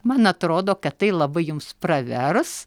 man atrodo kad tai labai jums pravers